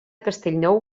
castellnou